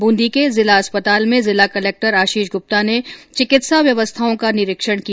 ब्रूंदी के जिला अस्पताल में जिला कलक्टर आशीष गुप्ता ने चिकित्सा व्यवस्थाओं का निरीक्षण किया